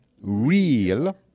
real